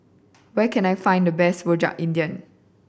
where can I find the best Rojak India